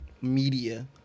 media